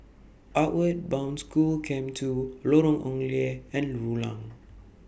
Outward Bound School Camp two Lorong Ong Lye and Rulang